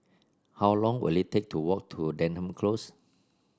how long will it take to walk to Denham Close